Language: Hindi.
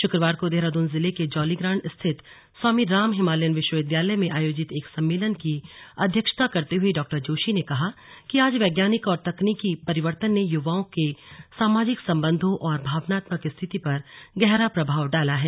शुक्रवार को देहरादून जिले के जौलीग्राण्ट स्थित स्वामी राम हिमालयन विश्वविद्यालय में आयोजित एक सम्मेलन की अध्यक्षता करते हुए डॉ जोशी ने कहा कि आज वैज्ञानिक और तकनीकी परिवर्तन ने युवाओं के सामाजिक सम्बन्धों और भावनात्मक स्थिति पर गहरा प्रभाव डाला है